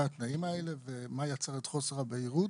התנאים האלה ומה יצר את חוסר הבהירות?